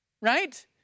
right